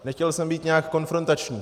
Nechtěl jsem být nějak konfrontační.